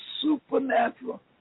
supernatural